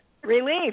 Relief